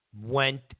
went